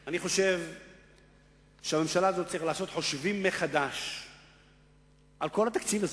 אני חושב שהממשלה הזאת צריכה לעשות חושבים מחדש על כל התקציב הזה.